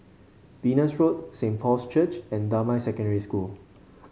Venus Road Saint Paul's Church and Damai Secondary School